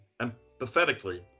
empathetically